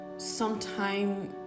sometime